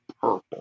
purple